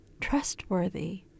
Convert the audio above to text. trustworthy